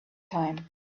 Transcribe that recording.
time